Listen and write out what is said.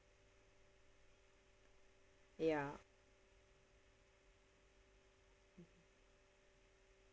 ya